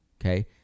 Okay